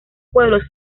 pueblos